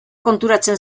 konturatzen